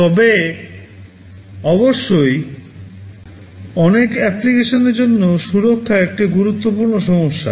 তবে অবশ্যই অনেক অ্যাপ্লিকেশনের জন্য সুরক্ষা একটি গুরুত্বপূর্ণ সমস্যা